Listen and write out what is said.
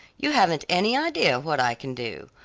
you haven't any idea what i can do.